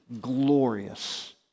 glorious